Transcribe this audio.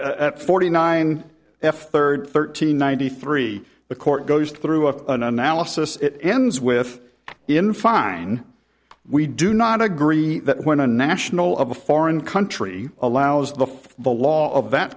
at forty nine f third thirteen ninety three the court goes through of an analysis it ends with in fine we do not agree that when a national of a foreign country allows the the law of that